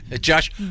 Josh